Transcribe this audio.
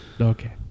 Okay